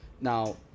Now